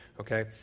okay